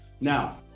Now